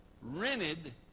rented